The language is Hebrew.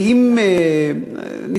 סוגי תקלות שקורות לעתים בתוך המערכות האלה.